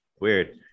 weird